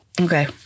Okay